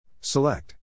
Select